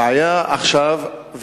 הבעיה עכשיו היא,